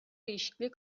değişikliği